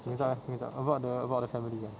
entah ah entah about the about the family ah